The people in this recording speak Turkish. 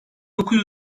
dokuz